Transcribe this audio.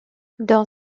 dans